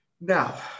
Now